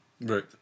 Right